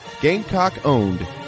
Gamecock-owned